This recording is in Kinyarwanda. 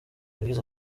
yagize